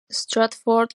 stratford